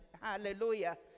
Hallelujah